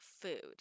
food